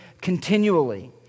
continually